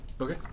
Okay